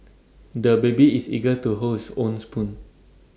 the baby is eager to hold his own spoon